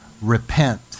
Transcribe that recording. Repent